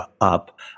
up